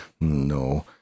No